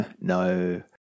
No